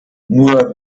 nur